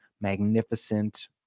magnificent